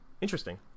Interesting